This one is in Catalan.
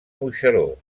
moixeró